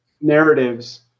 narratives